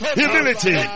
humility